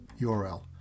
URL